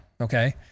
Okay